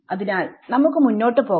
അതിനാൽ നമുക്ക് മുന്നോട്ട് പോകാം